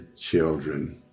children